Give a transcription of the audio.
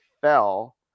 fell